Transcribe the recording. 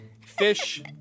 fish